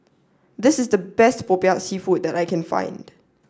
this is the best Popiah seafood that I can find